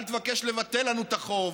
אל תבקש לבטל לנו את החוב,